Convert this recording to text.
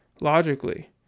logically